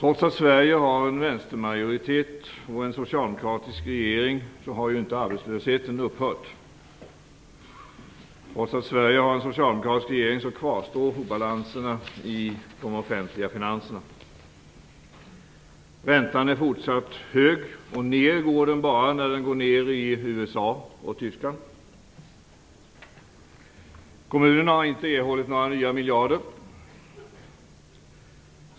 Trots att Sverige har en vänstermajoritet och en socialdemokratisk regering har inte arbetslösheten upphört. Trots att Sverige har en socialdemokratisk regering kvarstår obalanserna i de offentliga finanserna. Räntan är fortsatt hög. Ner går den bara när den går ned i USA och Tyskland. Kommunerna har inte erhållit några nya miljarder.